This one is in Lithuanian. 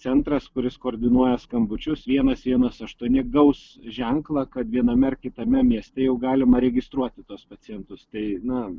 centras kuris koordinuoja skambučius vienas vienas aštuoni gaus ženklą kad viename ar kitame mieste jau galima registruoti tuos pacientus tai na